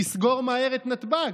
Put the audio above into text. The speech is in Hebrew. תסגור מהר את נתב"ג.